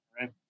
right